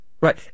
Right